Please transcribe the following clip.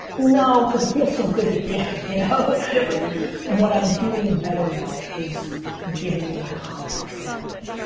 no, cause it feels so good to give. you know yeah, but when you exp what i'm doing better now is giving more context around it.